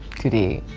today.